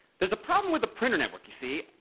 there's a problem with the printer network, you see,